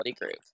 group